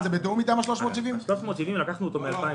את ה-370 שקל לקחנו מ-2019.